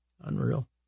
Unreal